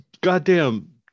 Goddamn